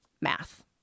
math